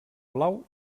blau